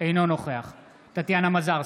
אינו נוכח טטיאנה מזרסקי,